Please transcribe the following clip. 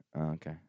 Okay